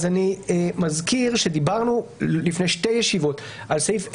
אני מזכיר שדיברנו לפני שתי ישיבות על סעיף 10,